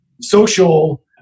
social